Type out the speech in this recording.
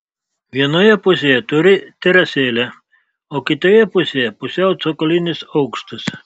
vienoje pusėje turi terasėlę o kitoje pusėje pusiau cokolinis aukštas